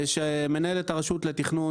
מנהלת הרשות לתכנון,